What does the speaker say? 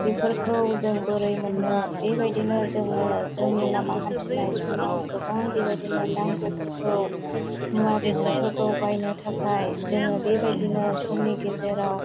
बेफोरखौ जों बोरै मोन्नो बेबादिनो जोङो जोंनि लामा हान्थिनाय समाव गोबां बेबायदिनो नांगौफोरखौ मुवा बेसादफोरखौ बायनो थाखाय जोङो बेबायदिनो समनि गेजेराव